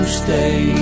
stay